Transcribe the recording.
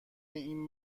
این